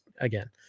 again